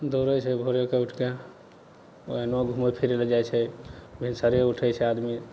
दौड़ै छै भोरेके उठिके एहनो घुमै फिरै ले जाइ छै भिनसरे उठै छै आदमी